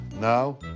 Now